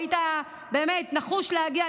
והיית באמת נחוש להגיע,